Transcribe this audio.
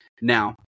Now